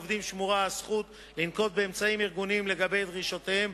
לעובדים שמורה הזכות לנקוט אמצעים ארגוניים לגבי דרישותיהם,